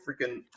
freaking